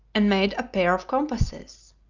and made a pair of compasses.